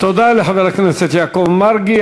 תודה לחבר הכנסת יעקב מרגי.